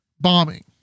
bombing